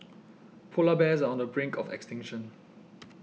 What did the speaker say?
Polar Bears are on the brink of extinction